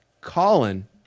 Colin